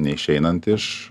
neišeinant iš